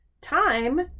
time